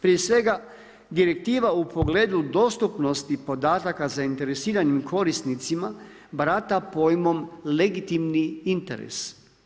Prije svega direktiva u pogledu dostupnosti podataka zainteresiranim korisnicima, barata pojmom legitimni interes.